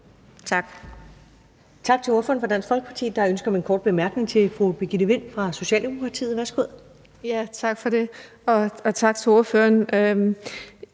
Tak. Tak til ordføreren for Dansk Folkeparti. Der er ønske om en kort bemærkning fra fru Birgitte Vind fra Socialdemokratiet. Værsgo. Kl. 19:55 Birgitte Vind (S): Tak for det, og tak til ordføreren.